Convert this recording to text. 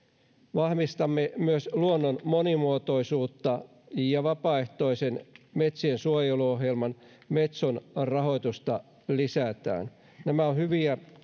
vahvistamme myös luonnon monimuotoisuutta ja vapaaehtoisen metsiensuojeluohjelman metson rahoitusta lisätään nämä ovat hyviä